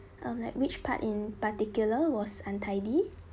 um like which part in particular was untidy